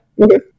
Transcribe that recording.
Okay